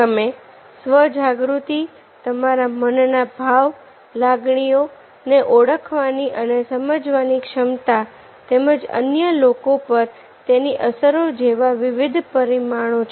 તેમાં સ્વ જાગૃતિ તમારા મનના ભાવ લાગણીઓ ને ઓળખવાની અને સમજવાની ક્ષમતા તેમજ અન્ય લોકો પર તેની અસરો જેવા વિવિધ પરિમાણો છે